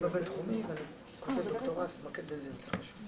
באמצעות מבחני תמיכה.